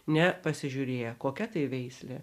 ne pasižiūrėję kokia tai veislė